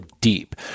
deep